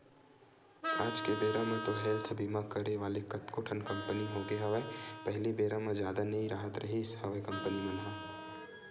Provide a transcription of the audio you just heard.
आज के बेरा म तो हेल्थ बीमा करे वाले कतको ठन कंपनी होगे हवय पहिली बेरा म जादा नई राहत रिहिस हवय कंपनी मन ह